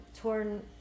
torn